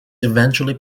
eventually